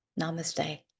namaste